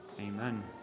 Amen